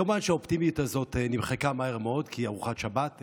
כמובן שהאופטימיות הזאת נמחקה מהר מאוד ארוחת שבת,